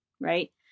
right